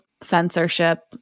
censorship